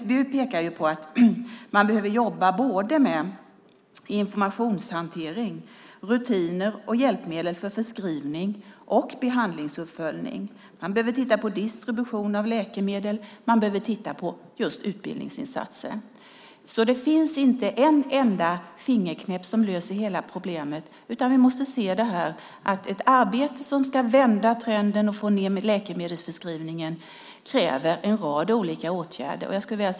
SBU pekar på att man behöver jobba med informationshantering, rutiner och hjälpmedel för förskrivning och behandlingsuppföljning, distribution av läkemedel samt utbildningsinsatser. Det finns alltså inte en enda fingerknäpp som löser hela problemet. Att vända trenden och få ned läkemedelsförskrivningen kräver en rad olika åtgärder.